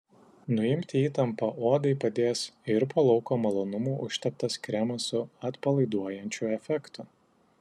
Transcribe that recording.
nuimti įtampą odai padės ir po lauko malonumų užteptas kremas su atpalaiduojančiu efektu